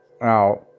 Now